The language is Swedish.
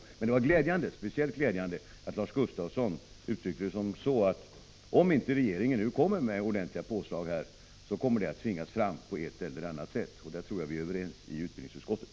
Men jag vill redan nu framhålla att det var speciellt glädjande att Lars Gustafsson uttryckte sig på följande sätt: Om inte regeringen lägger fram förslag till ordentliga påslag, kommer ökade medel att tvingas fram på ett eller annat sätt. Jag tror att vi på den punkten är överens i utbildningsutskottet.